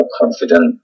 confident